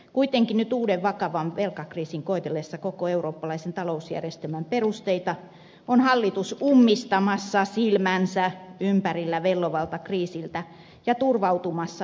kuitenkin nyt uuden vakavan velkakriisin koetellessa koko eurooppalaisen talousjärjestelmän perusteita on hallitus ummistamassa silmänsä ympärillä vellovalta kriisiltä ja turvautumassa velkavetoiseen talouspolitiikkaan